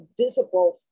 visible